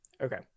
Okay